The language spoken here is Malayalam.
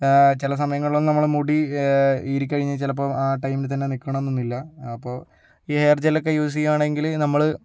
ചില സമയങ്ങളിലൊന്നും നമ്മുടെ മുടി ഈറി കഴിഞ്ഞാൽ ചിലപ്പോൾ ആ ടൈമിൽ തന്നെ നീൽക്കണമെന്നൊന്നുമില്ല അപ്പോൾ ഈ ഹെയർ ജല്ലൊക്കെ യൂസ് ചെയ്യുകയാണെങ്കിൽ നമ്മൾ